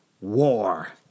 War